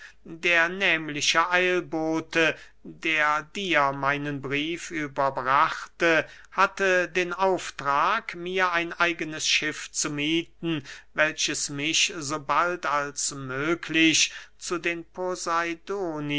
der nehmliche eilbote der dir meinen brief überbrachte hatte den auftrag mir ein eignes schiff zu miethen welches mich so bald als möglich zu den poseidonien